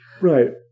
Right